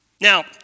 Now